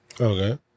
Okay